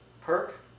perk